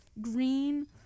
Green